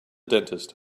dentist